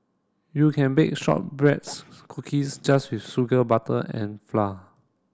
you can bake shortbreads cookies just with sugar butter and flour